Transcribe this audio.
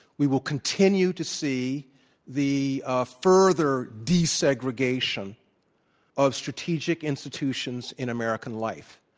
we will continue to see the ah further desegregation of strategic institutions in american life.